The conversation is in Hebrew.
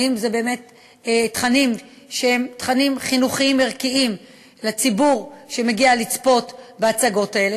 האם אלה באמת תכנים חינוכיים ערכיים לציבור שמגיע לצפות בהצגות האלה,